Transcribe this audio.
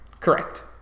Correct